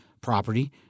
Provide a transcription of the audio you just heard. property